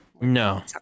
No